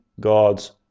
God's